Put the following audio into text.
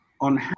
on